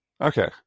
Okay